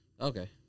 Okay